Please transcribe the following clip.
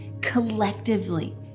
collectively